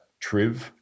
triv